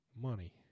money